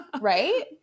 Right